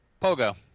Pogo